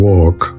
Walk